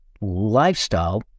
lifestyle